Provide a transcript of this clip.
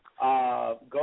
Go